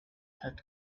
had